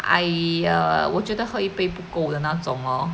哎呀我觉得喝一杯不够的那种哦